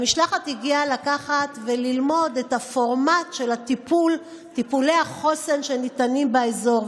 המשלחת הגיעה ללמוד את הפורמט של טיפולי החוסן שניתנים באזור.